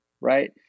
Right